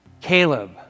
Caleb